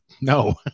no